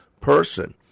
person